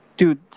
Dude